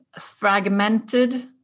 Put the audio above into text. fragmented